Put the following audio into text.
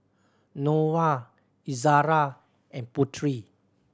Noah Izara and Putri